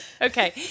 okay